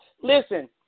Listen